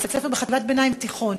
בבית-ספר בחטיבת-ביניים ותיכון,